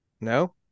No